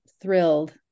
thrilled